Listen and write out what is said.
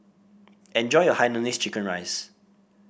enjoy your Hainanese Curry Rice